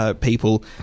people